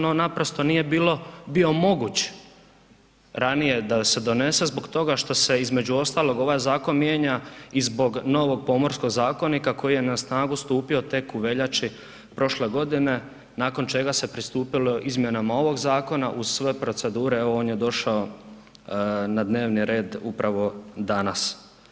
On naprosto bio moguć ranije da se donese zbog toga što se između ostalog ovaj zakon mijenja i zbog novog Pomorskog zakonika koji je na snagu stupio tek u veljači prošle godine nakon čega se pristupilo izmjenama ovog zakona uz sve procedure on je došao na dnevni red upravo danas.